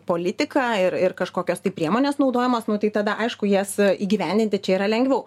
politiką ir ir kažkokios tai priemonės naudojamos nu tai tada aišku jas įgyvendinti čia yra lengviau